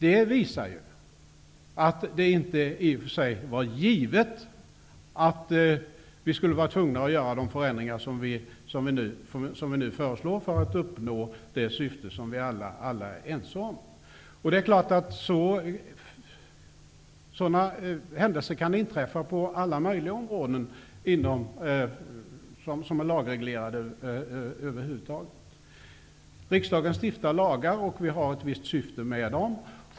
Det visar att det i och för sig inte var givet att vi var tvungna att göra de förändringar som vi nu föreslår för att uppnå det syfte som vi alla är ense om. Sådana händelser kan inträffa på alla möjliga områden som är lagreglerade. Riksdagen stiftar lagar som det är ett visst syfte med.